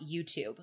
YouTube